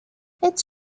its